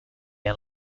and